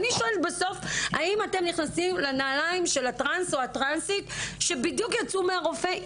אני שואלת האם אתם נכנסים לנעלי הטרנסים שבדיוק יצאו מהרופא והופלו,